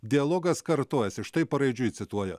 dialogas kartojasi štai paraidžiui cituoju